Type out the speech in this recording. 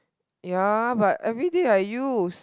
ya but everyday I use